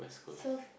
serve